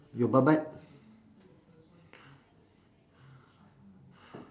your butt butt